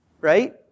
Right